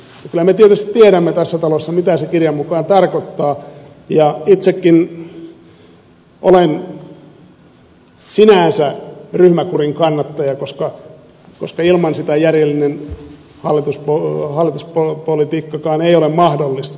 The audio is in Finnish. kyllä me tietysti tiedämme tässä talossa mitä se kirjan mukaan tarkoittaa ja itsekin olen sinänsä ryhmäkurin kannattaja koska ilman sitä järjellinen hallituspolitiikkakaan ei ole mahdollista